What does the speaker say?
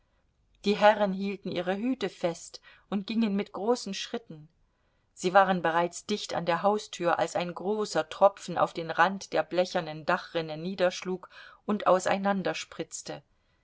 die herren hielten ihre hüte fest und gingen mit großen schritten sie waren bereits dicht an der haustür als ein großer tropfen auf den rand der blechernen dachrinne niederschlug und